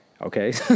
Okay